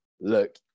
look